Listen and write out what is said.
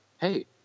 hey